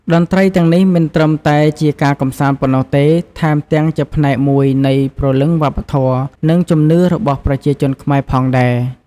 តន្ត្រីទាំងនេះមិនត្រឹមតែជាការកម្សាន្តប៉ុណ្ណោះទេ ថែមទាំងជាផ្នែកមួយនៃព្រលឹងវប្បធម៌ និងជំនឿរបស់ប្រជាជនខ្មែរផងដែរ។